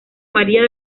maría